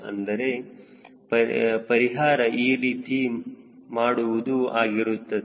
ಅಂದರೆ ಪರಿಹಾರ ಈ ರೀತಿ ಮಾಡುವುದು ಆಗಿರುತ್ತದೆ